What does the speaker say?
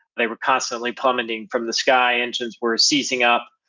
they were constantly plummeting from the sky, engines were ceasing up,